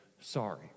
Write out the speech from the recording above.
sorry